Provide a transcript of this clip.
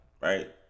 right